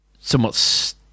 somewhat